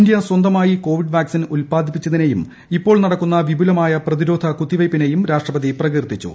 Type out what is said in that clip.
India സ്വന്തമായി covid vaccine ഉത്പാദിപ്പിച്ചതിനെയും ഇപ്പോൾ നടക്കുന്ന വിപുലമായ പ്രതിരോധ കുത്തിവയ്പിനെയും രാഷ്ട്രപതി പ്രകീർത്തിച്ചു